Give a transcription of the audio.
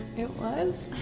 it was?